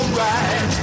right